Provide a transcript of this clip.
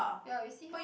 ya you see